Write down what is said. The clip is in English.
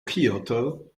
kyoto